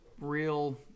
real